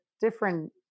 different